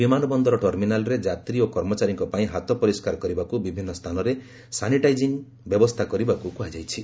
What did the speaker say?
ବିମାନ ବନ୍ଦର ଟର୍ମିନାଲ୍ରେ ଯାତ୍ରୀ ଓ କର୍ମଚାରୀଙ୍କ ପାଇଁ ହାତ ପରିଷ୍କାର କରିବାକୁ ବିଭିନ୍ନ ସ୍ଥାନରେ ସାନିଟାଇଜିଂ ବ୍ୟବସ୍ଥା କରିବାକୁ କୁହାଯାଇଛି